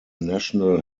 national